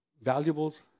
Valuables